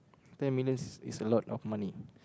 ten million is is a lot of money